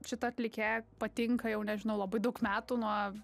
šita atlikėja patinka jau nežinau labai daug metų nuo